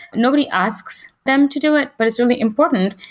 nobody asks them to do it, but it's really important.